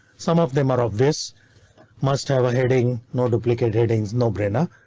some of them are of this must have a heading. no duplicate headings, no brainer.